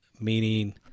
meaning –